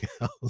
else